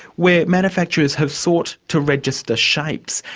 where manufacturers have sought to register shapes.